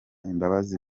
imbabazi